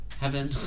heaven